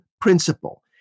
principle